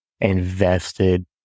invested